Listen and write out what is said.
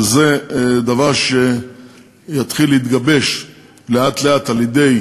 וזה דבר שיתחיל להתגבש לאט-לאט על-ידי